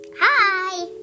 Hi